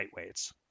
lightweights